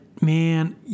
man